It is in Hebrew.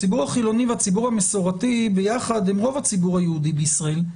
הציבור החילוני והציבור המסורתי ביחד הם רוב הציבור היהודי בישראל,